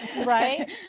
Right